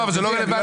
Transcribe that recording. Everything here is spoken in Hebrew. זה לא רלוונטי.